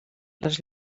les